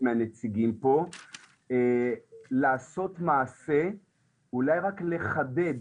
ומהנציגים שלו פה לעשות מעשה ואולי רק לחדד